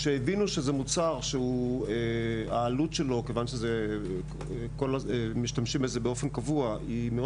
הבינו שזה מוצר שמכיוון שמשתמשים בו באופן קבוע הפחיתו